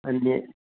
अन्ये